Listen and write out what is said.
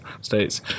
states